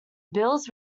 bills